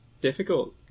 Difficult